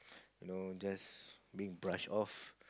you know just being brush off